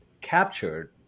captured